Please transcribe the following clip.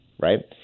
right